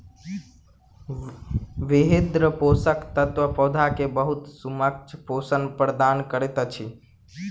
वृहद पोषक तत्व पौधा के बहुत सूक्ष्म पोषण प्रदान करैत अछि